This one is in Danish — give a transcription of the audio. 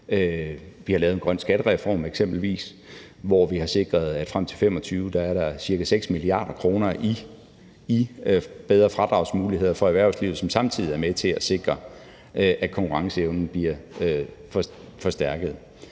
lavet en grøn skattereform, hvor vi har sikret, at der frem mod 2025 er ca. 6 mia. kr. i bedre fradragsmuligheder for erhvervslivet, som samtidig er med til at sikre, at konkurrenceevnen bliver forstærket.